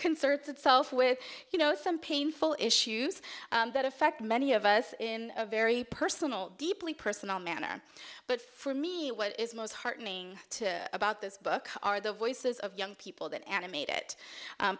conserves itself with you know some painful issues that affect many of us in a very personal deeply personal manner but for me what is most heartening to about this book are the voices of young people that animate